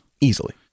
Easily